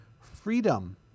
Freedom